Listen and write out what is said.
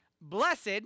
blessed